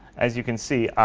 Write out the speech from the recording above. as you can see,